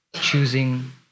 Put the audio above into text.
choosing